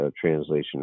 translation